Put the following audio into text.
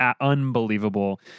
unbelievable